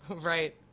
Right